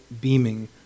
beaming